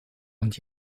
und